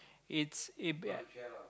it's it be~ uh